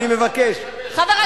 אני מבקש ממך,